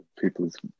people's